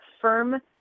firm